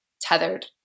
tethered